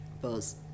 Buzz